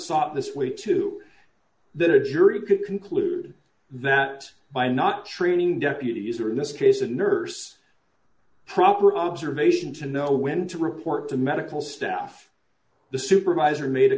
it this way too that a jury could conclude that by not treating deputies or in this case a nurse proper observation to know when to report to medical staff the supervisor made a